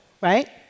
right